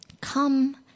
Come